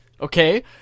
Okay